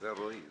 זה רועי.